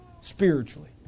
spiritually